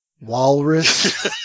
walrus